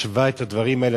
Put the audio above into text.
משווה את הדברים האלה,